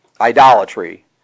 idolatry